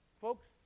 Folks